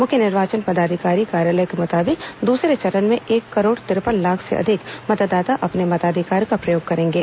मुख्य निर्वाचन पदाधिकारी कार्यालय के मुताबिक दूसरे चरण में एक करोड़ तिरपन लाख से अधिक मतदाता अपने मताधिकार का प्रयोग करेंगे